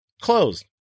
closed